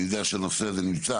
אני יודע שהנושא הזה היה